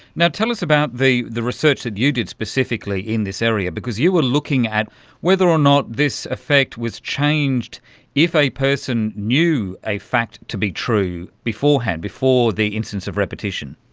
you know tell us about the the research that you did specifically in this area because you were looking at whether or not this effect was changed if a person knew a fact to be true beforehand, before the incidence of repetition.